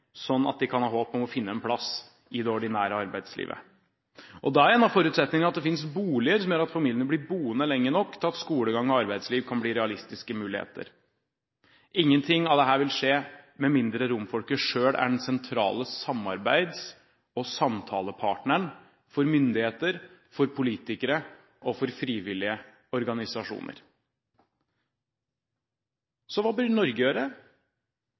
sånn at de kan ha håp om å finne en plass i det ordinære arbeidslivet. Da er en av forutsetningene at det fins boliger som gjør at familiene blir boende lenge nok til at skolegang og arbeidsliv kan bli realistiske muligheter. Ingenting av dette vil skje med mindre romfolket selv er den sentrale samarbeids- og samtalepartneren for myndigheter, politikere og frivillige organisasjoner. Så hva bør Norge gjøre?